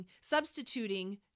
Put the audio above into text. substituting